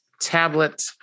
tablet